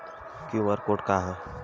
QR code का ह?